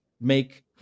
make